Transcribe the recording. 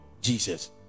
jesus